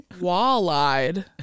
Wall-eyed